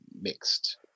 mixed